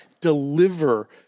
deliver